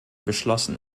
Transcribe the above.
beschlossen